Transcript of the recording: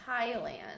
Thailand